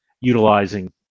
utilizing